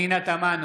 נגד מזכיר